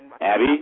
Abby